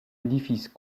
édifice